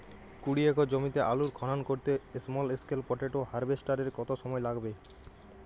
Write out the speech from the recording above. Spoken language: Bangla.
কুড়ি একর জমিতে আলুর খনন করতে স্মল স্কেল পটেটো হারভেস্টারের কত সময় লাগবে?